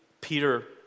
Peter